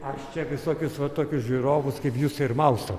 aš čia visokius va tokius žiūrovus kaip jūs ir maustau